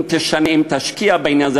אם תשקיע בעניין הזה,